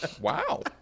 Wow